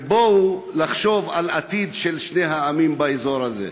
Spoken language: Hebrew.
ובואו נחשוב על העתיד של שני העמים באזור הזה.